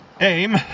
aim